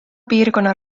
piirkonna